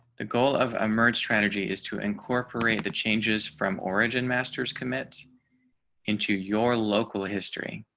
the goal of emerged strategy is to incorporate the changes from origin masters commit into your local history.